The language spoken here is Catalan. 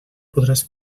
podràs